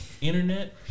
internet